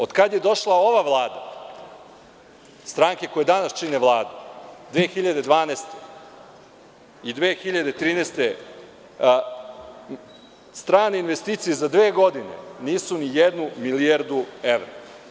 Od kad je došla ova Vlada, stranke koje danas čine Vladu, 2012. i 2013. godine strane investicije za dve godine nisu ni jednu milijardu evra.